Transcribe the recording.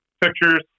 pictures